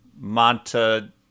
Monta